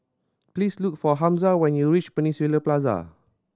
please look for Hamza when you reach Peninsula Plaza